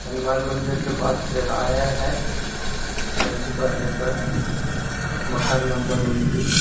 हनुमान मंदिर के पास तिराहा है वहीं पर है सर मकान नंबर उनतिस